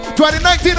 2019